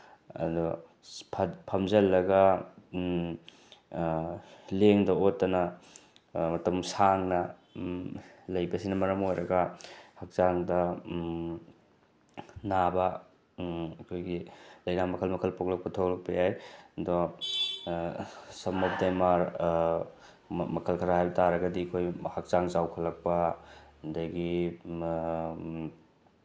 ꯑꯗꯣ ꯐꯝꯖꯤꯜꯂꯒ ꯂꯦꯡꯗ ꯑꯣꯠꯇꯅ ꯃꯇꯝ ꯁꯥꯡꯅ ꯃꯇꯝ ꯁꯥꯡꯅ ꯂꯩꯕꯁꯤꯅ ꯃꯔꯝ ꯑꯣꯏꯔꯒ ꯍꯛꯆꯥꯡꯗ ꯅꯥꯕ ꯑꯩꯈꯣꯏꯒꯤ ꯂꯥꯏꯅꯥ ꯃꯈꯜ ꯃꯈꯜ ꯄꯣꯛꯂꯛꯄ ꯊꯣꯛꯂꯛꯄ ꯌꯥꯏ ꯑꯗꯣ ꯁꯝ ꯑꯣꯐ ꯗꯦꯝ ꯑꯥꯔ ꯃꯈꯜ ꯈꯔ ꯍꯥꯏꯕ ꯇꯥꯔꯒꯗꯤ ꯑꯩꯈꯣꯏ ꯍꯛꯆꯥꯡ ꯆꯥꯎꯈꯠꯂꯛꯄ ꯑꯗꯒꯤ